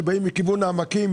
כשבאים מכיוון העמקים,